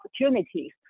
opportunities